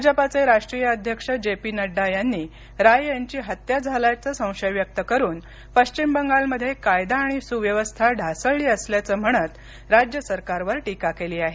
भाजपाचे राष्ट्रीय अध्यक्ष जे पी नड्डा यांनी राय यांची हत्या झाल्याचा संशय व्यक्त करुन पश्चिम बंगालमध्ये कायदा आणि सुव्यवस्था ढासळली असल्याचं म्हणत राज्य सरकारवर टीका केली आहे